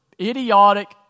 idiotic